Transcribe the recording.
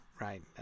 right